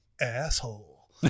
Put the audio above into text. asshole